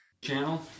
Channel